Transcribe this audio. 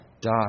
die